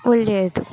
ಒಳ್ಳೆಯದು